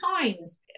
times